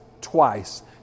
twice